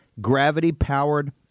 gravity-powered